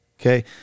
Okay